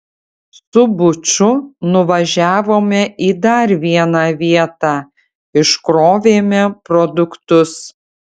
su buču nuvažiavome į dar vieną vietą iškrovėme produktus